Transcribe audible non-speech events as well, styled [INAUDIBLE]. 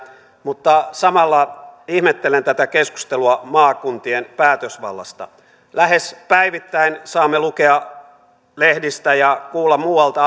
mutta samalla ihmettelen tätä keskustelua maakuntien päätösvallasta lähes päivittäin saamme lukea lehdistä ja kuulla muualta [UNINTELLIGIBLE]